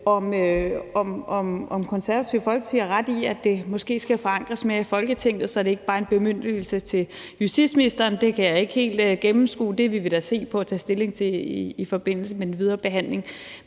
Det Konservative Folkeparti har ret i, at det måske skal forankres mere i Folketinget, så det ikke bare er en bemyndigelse til justitsministeren, kan jeg ikke helt gennemskue, men det vil vi da se på og tage stilling til i forbindelse med den videre behandling.